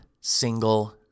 single